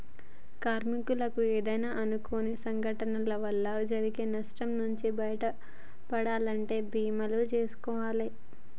కార్మికులకు ఏమైనా అనుకోని సంఘటనల వల్ల జరిగే నష్టం నుంచి బయటపడాలంటే బీమాలు జేసుకోవాలే